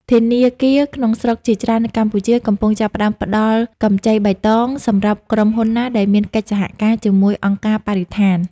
ធនាគារក្នុងស្រុកជាច្រើននៅកម្ពុជា កំពុងចាប់ផ្ដើមផ្ដល់កម្ចីបៃតងសម្រាប់ក្រុមហ៊ុនណាដែលមានកិច្ចសហការជាមួយអង្គការបរិស្ថាន។